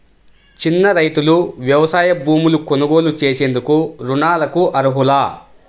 చిన్న రైతులు వ్యవసాయ భూములు కొనుగోలు చేసేందుకు రుణాలకు అర్హులా?